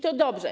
To dobrze.